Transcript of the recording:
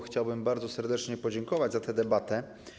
Chciałbym bardzo serdecznie podziękować za tę debatę.